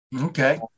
Okay